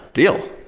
deal.